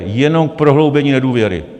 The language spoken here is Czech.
Jenom k prohloubení nedůvěry.